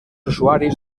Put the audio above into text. usuaris